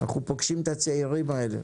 אנחנו פוגשים את הצעירים האלה.